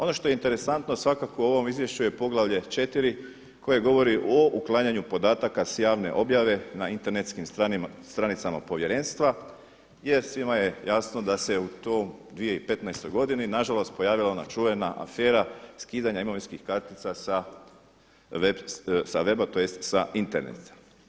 Ono što je interesantno svakako u ovom izvješću je poglavlje 4 koje govori o uklanjanju podataka sa javne objave na internetskim stranicama Povjerenstva jer svima je jasno da se u toj 2015. godini nažalost pojavila ona čuvena afera skidanja imovinskih kartica sa weba tj. sa interneta.